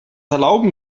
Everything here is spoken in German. erlauben